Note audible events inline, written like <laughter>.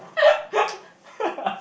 <laughs>